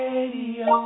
Radio